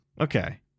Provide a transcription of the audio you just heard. Okay